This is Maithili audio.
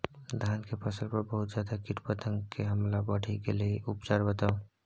धान के फसल पर बहुत ज्यादा कीट पतंग के हमला बईढ़ गेलईय उपचार बताउ?